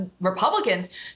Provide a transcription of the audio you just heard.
Republicans